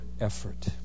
effort